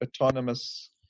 autonomous